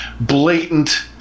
blatant